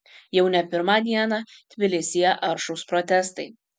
jau ne pirmą dieną tbilisyje aršūs protestai